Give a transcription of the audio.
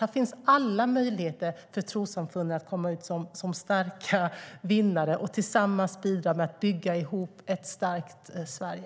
Här finns alla möjligheter för trossamfunden att komma ut som starka vinnare och tillsammans bidra till att bygga ett starkt Sverige.